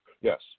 Yes